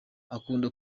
akunda